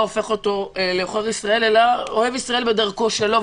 הופך אותו לעוכר ישראל אלא לאוהב ישראל בדרכו שלו.